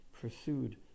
pursued